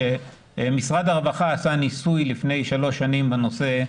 משרד הרווחה עשה ניסוי לפני שלוש שנים בנושא,